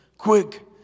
Quick